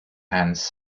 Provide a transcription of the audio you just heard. hands